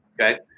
Okay